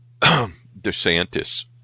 DeSantis